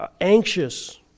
anxious